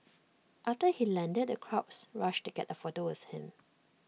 after he landed the crowds rushed to get A photo with him